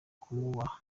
kumwubaha